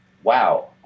Wow